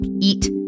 Eat